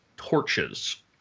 Torches